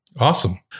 Awesome